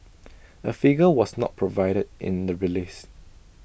A figure was not provided in the release